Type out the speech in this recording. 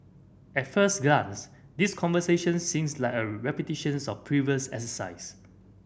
at first glance these conversations seems like a repetitions of previous exercise